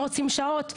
רוצים שעות,